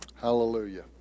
hallelujah